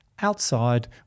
outside